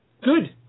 Good